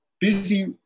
Busy